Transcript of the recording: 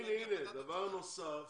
הנה, הנה, דבר נוסף,